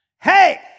Hey